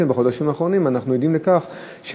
בחודשים האחרונים אנחנו עדים להמתנות